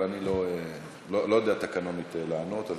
אבל אני לא יודע תקנונית לענות.